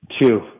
Two